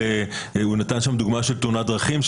הוא נתן שם דוגמה של תאונת דרכים,